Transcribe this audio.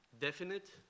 definite